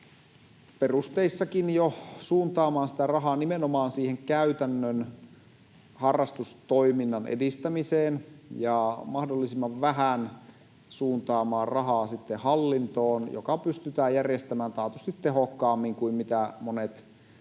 perusteissakin jo suuntaamaan sitä rahaa nimenomaan siihen käytännön harrastustoiminnan edistämiseen ja mahdollisimman vähän suuntaamaan rahaa sitten hallintoon, joka pystytään järjestämään taatusti tehokkaammin kuin mitä monet liitot